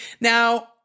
Now